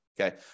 Okay